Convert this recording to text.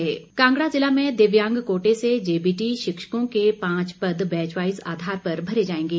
JBT Kangra जिला में दिव्यांग कोटे से जेबीटी शिक्षकों के पांच पद बैच वाईज आधार पर भरे जाएंगे